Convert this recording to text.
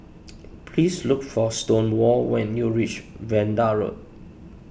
please look for Stonewall when you reach Vanda Road